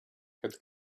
had